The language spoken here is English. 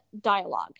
dialogue